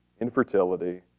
infertility